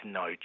no